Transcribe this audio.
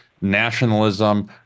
nationalism